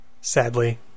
sadly